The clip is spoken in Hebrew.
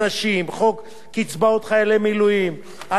חוק קצבאות חיילי מילואים, אלמנות צה"ל,